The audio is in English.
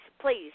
please